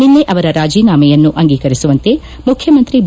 ನಿನ್ನೆ ಅವರ ರಾಜೀನಾಮೆಯನ್ನು ಅಂಗೀಕರಿಸುವಂತೆ ಮುಖ್ಯಮಂತ್ರಿ ಬಿ